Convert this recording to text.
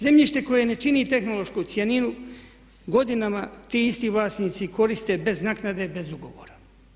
Zemljište koje ne čini tehnološku cjelinu, godinama ti isti vlasnici koriste bez naknade, bez ugovora.